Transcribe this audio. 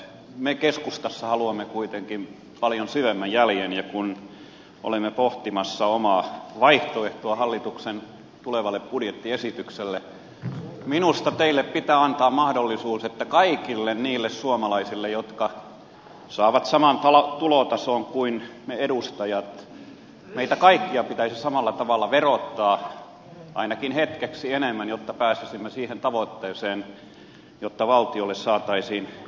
me keskustassa haluamme kuitenkin paljon syvemmän jäljen ja kun olemme pohtimassa omaa vaihtoehtoamme hallituksen tulevalle budjettiesitykselle minusta teille pitää antaa mahdollisuus että kaikkia suomalaisia jotka saavat saman tulotason kuin me edustajat meitä kaikkia pitäisi samalla tavalla verottaa ainakin hetkeksi enemmän jotta pääsisimme siihen tavoitteeseen että valtiolle saataisiin enemmän tuloja